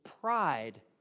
pride